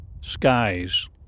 skies